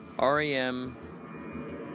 REM